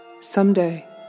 Someday